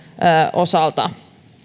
osalta